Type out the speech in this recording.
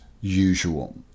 usual